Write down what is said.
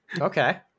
Okay